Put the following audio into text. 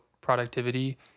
productivity